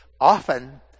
often